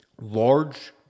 large